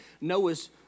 Noah's